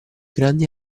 grandi